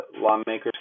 lawmakers